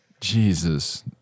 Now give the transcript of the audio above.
Jesus